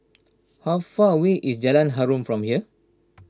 how far away is Jalan Harum from here